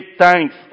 thanks